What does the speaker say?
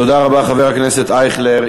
תודה רבה, חבר הכנסת אייכלר.